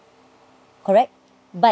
correct but